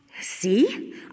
See